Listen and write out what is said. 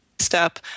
Step